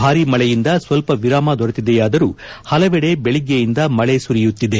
ಭಾರೀ ಮಳೆಯಿಂದ ಸ್ವಲ್ಪ ವಿರಾಮ ದೊರೆತಿದೆಯಾದರೂ ಪಲವೆಡೆ ಬೆಳಗ್ಗೆಯಿಂದ ಮಳೆ ಸುರಿಯುತ್ತಿದೆ